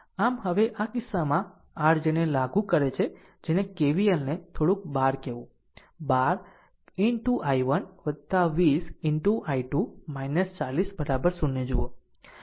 આમ હવે આ કિસ્સામાં r ને લાગુ કરો કે જેને KVL ને થોડુંક 12 કહેવું 12 into I1 20 into I2 40 0 જુઓ